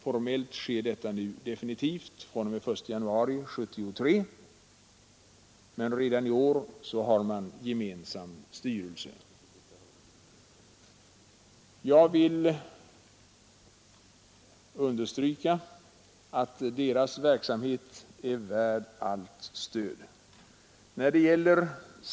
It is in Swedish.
Formellt sker detta fr.o.m. 1 januari 1973 men redan i år har man gemensam styrelse. Jag vill understryka att deras verksamhet är värd allt stöd.